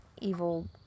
evil